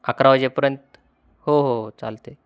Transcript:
अकरा वाजेपर्यंत हो हो हो चालते